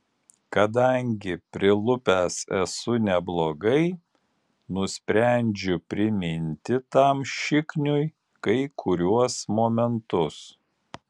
kadangi prilupęs esu neblogai nusprendžiu priminti tam šikniui kai kuriuos momentus